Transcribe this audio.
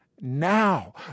now